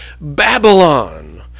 Babylon